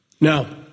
Now